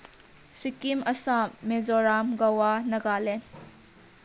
Sikkim Assam Mizoram Goa Nagaland